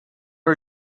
are